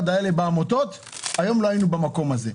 האלה בעמותות לא היינו נמצאים במקום הזה.